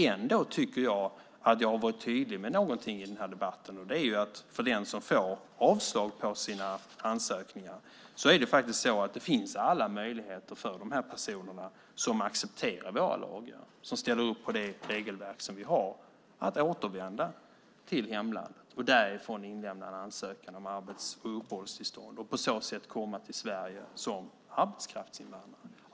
Ändå tycker jag att jag har varit tydlig med någonting i den här debatten, nämligen att för den som får avslag på sina ansökningar finns det alla möjligheter för personer som accepterar våra lagar och som ställer upp på det regelverk som vi har att återvända till hemlandet och därifrån inlämna en ansökan om arbets och uppehållstillstånd. På så sätt kan de komma till Sverige som arbetskraftsinvandrare.